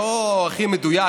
לא הכי מדויק,